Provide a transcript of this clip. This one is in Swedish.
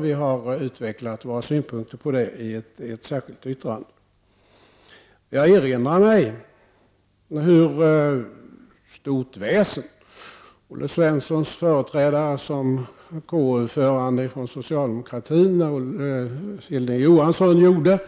Vi har utvecklat våra synpunkter på det i ett särskilt yttrande. Jag erinrar mig hur stort väsen som Olle Svenssons företrädare från socialdemokraterna, Hilding Johansson, som KU-ordförande gjorde